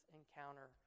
encounter